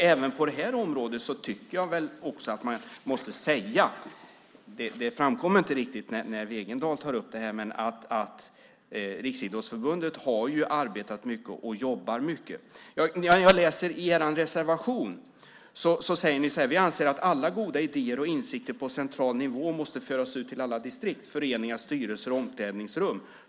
Även på det här området tycker jag att man måste säga - det framkommer inte riktigt när Wegendal tar upp det här - att Riksidrottsförbundet har arbetat och jobbar mycket med detta. Jag läser i er reservation. Ni säger så här: Vi anser att alla goda idéer och insikter på central nivå måste föras ut till alla distrikt, föreningar, styrelser och omklädningsrum.